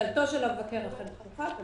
דלתו של המבקר אכן פתוחה.